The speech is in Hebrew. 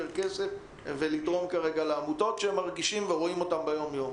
כסף ולתרום לעמותות שהם מרגישים ורואים אותן ביומיום.